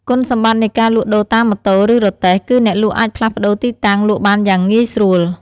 គុណសម្បត្តិនៃការលក់ដូរតាមម៉ូតូ ឬរទេះ គឺអ្នកលក់អាចផ្លាស់ប្តូរទីតាំងលក់បានយ៉ាងងាយស្រួល។